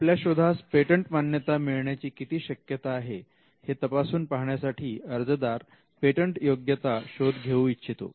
आपल्या शोधास पेटंट मान्यता मिळण्याची किती शक्यता आहे हे तपासून पाहण्यासाठी अर्जदार पेटंटयोग्यता शोध घेऊ इच्छितो